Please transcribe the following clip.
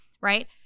right